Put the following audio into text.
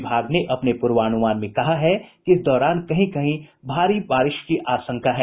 विभाग ने अपने पूर्वानुमान में कहा है कि इस दौरान कहीं कहीं भारी बारिश की भी आशंका है